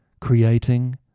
creating